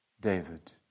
David